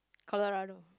Colorado